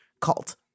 cult